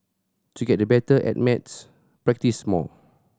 to get the better at maths practise more